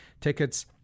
tickets